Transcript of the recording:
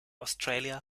australia